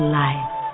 life